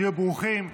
תהיו ברוכים.